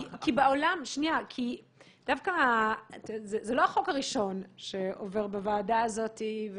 זה לא החוק הראשון שעובר בוועדה הזאת.